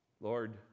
lord